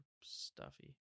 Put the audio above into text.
stuffy